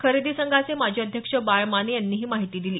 खरेदी संघाचे माजी अध्यक्ष बाळ माने यांनी ही माहिती दिली